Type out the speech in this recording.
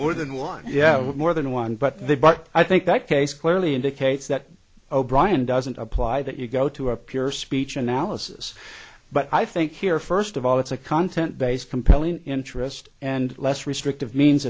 more than one yeah more than one but the but i think that case clearly indicates that o'brien doesn't apply that you go to a pure speech analysis but i think here first of all it's a content based compelling interest and less restrictive means